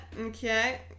Okay